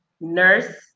Nurse